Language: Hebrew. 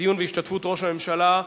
דיון בהשתתפות ראש הממשלה,